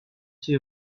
six